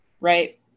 right